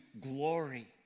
glory